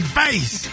face